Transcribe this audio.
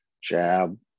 jab